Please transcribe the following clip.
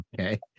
Okay